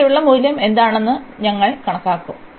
ഇവിടെയുള്ള മൂല്യം എന്താണെന്ന് ഞങ്ങൾ കണക്കാക്കും